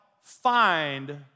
find